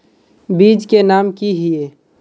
बीज के नाम की हिये?